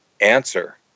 answer